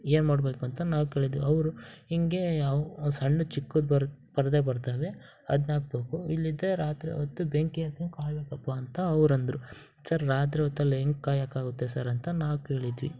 ಏನ್ ಮಾಡ್ಬೇಕು ಅಂತ ನಾವು ಕೇಳಿದ್ವಿ ಅವರು ಹಿಂಗೆ ಅವು ಸಣ್ಣ ಚಿಕ್ಕದ್ ಬರುತ್ತೆ ಪರದೆ ಬರ್ತವೆ ಅದ್ನಾಕ್ಬೇಕು ಇಲ್ದಿದ್ರೆ ರಾತ್ರಿ ಹೊತ್ತ್ ಬೆಂಕಿ ಹಾಕ್ಕೊಂಡ್ ಕಾಯಬೇಕಪ್ಪ ಅಂತ ಅವ್ರು ಅಂದರು ಸರ್ ರಾತ್ರಿ ಹೊತ್ತಲ್ಲ್ ಹೆಂಗೆ ಕಾಯಕ್ಕಾಗುತ್ತೆ ಸರ್ ಅಂತ ನಾವು ಕೇಳಿದ್ವಿ